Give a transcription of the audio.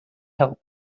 help